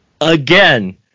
again